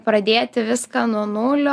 pradėti viską nuo nulio